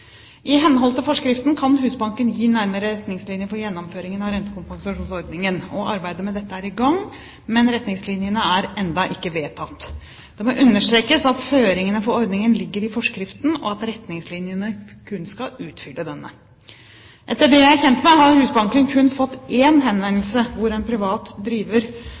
I henhold til forskriften kan Husbanken gi nærmere retningslinjer for gjennomføringen av rentekompensasjonsordningen. Arbeidet med dette er i gang, men retningslinjene er ennå ikke vedtatt. Det må understrekes at føringene for ordningen ligger i forskriften og at retningslinjene kun skal utfylle denne. Etter det jeg er kjent med, har Husbanken kun fått én henvendelse hvor en privat driver